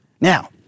Now